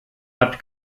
hat